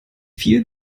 viel